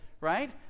Right